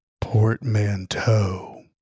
Portmanteau